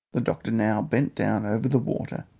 the doctor now bent down over the water,